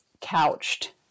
couched